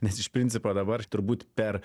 nes iš principo dabar turbūt per